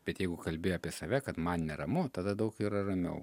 bet jeigu kalbi apie save kad man neramu tada daug yra ramiau